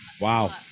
Wow